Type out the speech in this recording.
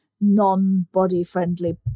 non-body-friendly